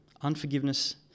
unforgiveness